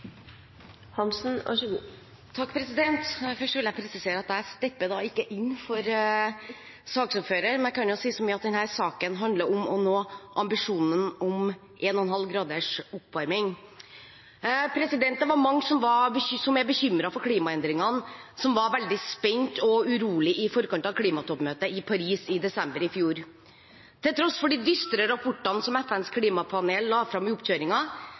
Først vil jeg presisere at jeg ikke stepper inn for saksordføreren. Men jeg kan si så mye som at denne saken handler om å nå ambisjonen om 1,5 grader oppvarming. Mange som er bekymret for klimaendringene var veldig spente og urolige i forkant av klimatoppmøtet i Paris i desember i fjor. Til tross for de dystre rapportene som FNs klimapanel la fram i